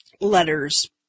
letters